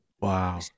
wow